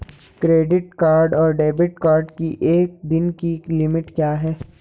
Credit card और debit card की एक दिन की लिमिट क्या है?